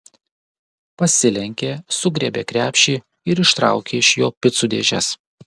pasilenkė sugriebė krepšį ir ištraukė iš jo picų dėžes